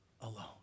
alone